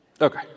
okay